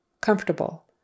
Comfortable